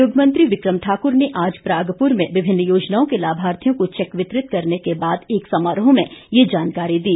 उद्योग मंत्री विक्रम ठाक्र ने आज परागपुर में विभिन्न योजनाओं के लाभार्थियों को चैक वितरित करने के बाद एक समारोह में यह जानकारी दी